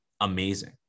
amazing